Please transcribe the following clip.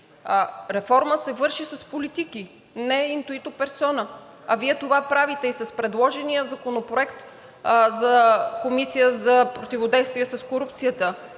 Реформа се върши с политики – не Intuitu personae, а Вие това правите и с предложения законопроект за Комисия за противодействие с корупцията.